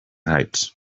heights